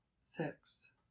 Six